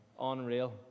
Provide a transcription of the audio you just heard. unreal